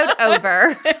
over